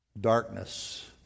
Darkness